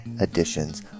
editions